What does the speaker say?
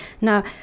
now